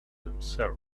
himself